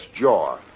jaw